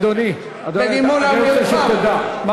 אדוני, אני רוצה שתדע, בדימונה ובירוחם.